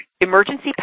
emergency